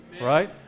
Right